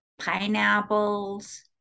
pineapples